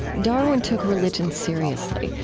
darwin took religion seriously,